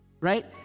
right